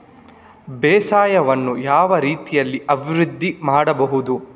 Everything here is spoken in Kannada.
ಬೇಸಾಯವನ್ನು ಯಾವ ರೀತಿಯಲ್ಲಿ ಅಭಿವೃದ್ಧಿ ಮಾಡಬಹುದು?